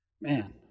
Man